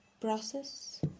process